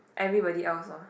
everybody else lor